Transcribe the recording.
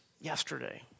yesterday